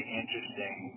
interesting